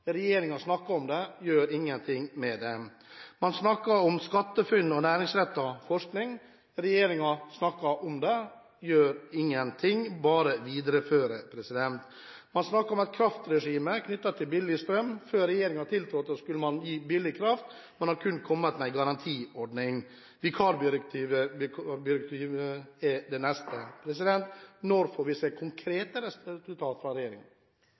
snakker om dem, gjør ingenting med dem. Man snakker om SkatteFUNN og næringsrettet forskning. Regjeringen snakker om det – gjør ingenting, bare viderefører. Man snakker om et kraftregime knyttet til billig strøm. Før regjeringen tiltrådte, sa man at man skulle ha billig kraft – man har kun kommet med en garantiordning. Vikarbyrådirektivet er det neste. Når får vi se konkrete resultater fra